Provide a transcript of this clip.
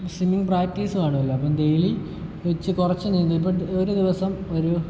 swimming practice കാണുമല്ലോ അപ്പോൾ daily കുറച്ച് നീന്തും ഇപ്പോൾ ഒരു ദിവസം ഒരു